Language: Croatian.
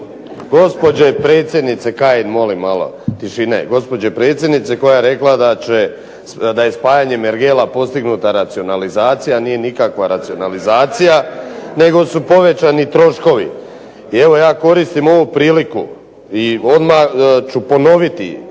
gospođe predsjednice koja je rekla da je spajanjem ergela postignuta racionalizacija. Nije nikakva racionalizacija, nego su povećani troškovi. I evo ja koristim ovu priliku i odmah ću ponoviti,